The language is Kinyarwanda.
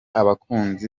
abakunzi